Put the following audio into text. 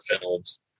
films